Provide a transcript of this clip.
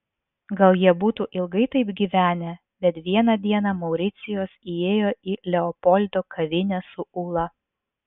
gal jie būtų ilgai taip gyvenę bet vieną dieną mauricijus įėjo į leopoldo kavinę su ula